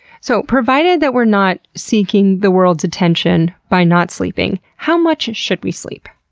so, provided that we're not seeking the world's attention by not sleeping, how much should we sleep?